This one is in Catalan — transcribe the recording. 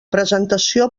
presentació